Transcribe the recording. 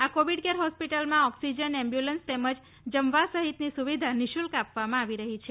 આ covid care હોસ્પિટલમાં oxygen ambulance તેમજ જમવા સહિતની સુવિધા નિઃશુલ્ક આપવામાં આવી રહી છે